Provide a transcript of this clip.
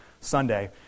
Sunday